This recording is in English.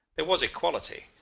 there was equality,